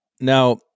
Now